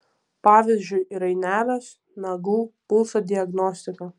pavyzdžiui rainelės nagų pulso diagnostika